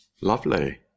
Lovely